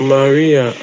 Maria